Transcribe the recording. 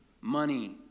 money